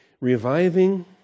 Reviving